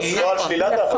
לא על שלילת האפוטרופסות.